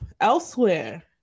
elsewhere